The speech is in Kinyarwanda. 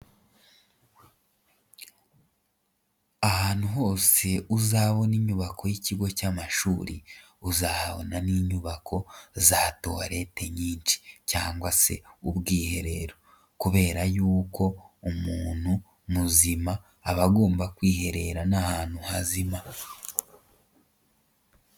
Ahantu hose uzabona inyubako y'ikigo cy'amashuri uzahabona n'inyubako za toillete nyinshi cyangwa se ubwiherero kubera yuko umuntu muzima aba agomba kwiherera n'ahantu hazima.